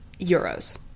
Euros